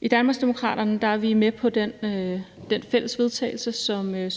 I Danmarksdemokraterne er vi med på det fælles forslag til vedtagelse,